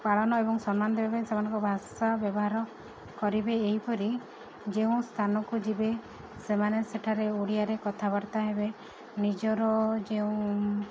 ପାଳନ ଏବଂ ସମ୍ମାନ ଦେବା ପାଇଁ ସେମାନଙ୍କ ଭାଷା ବ୍ୟବହାର କରିବେ ଏହିପରି ଯେଉଁ ସ୍ଥାନକୁ ଯିବେ ସେମାନେ ସେଠାରେ ଓଡ଼ିଆରେ କଥାବାର୍ତ୍ତା ହେବେ ନିଜର ଯେଉଁ